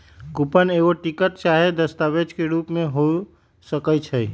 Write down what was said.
coupon एगो ticket चाहे दस्तावेज के रूप में हो सकइ छै